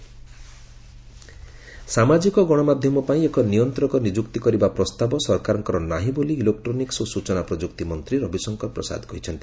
social media ସାମାଜିକ ଗଣମାଧ୍ୟମ ପାଇଁ ଏକ ନିୟନ୍ତ୍ରକ ନିଯୁକ୍ତି କରିବା ପ୍ରସ୍ତାବ ସରକାରଙ୍କର ନାହିଁ ବୋଲି ଇଲେକ୍ଟ୍ରୋନିକ୍ନ ଓ ସୂଚନା ପ୍ରଯୁକ୍ତି ମନ୍ତ୍ରୀ ରବିଶଙ୍କର ପ୍ରସାଦ କହିଛନ୍ତି